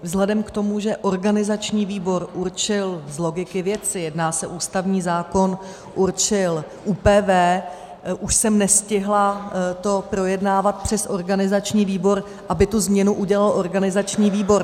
Vzhledem k tomu, že organizační výbor určil z logiky věci, jedná se ústavní zákon ÚPV, už jsem nestihla to projednávat přes organizační výbor, aby tu změnu udělal organizační výbor.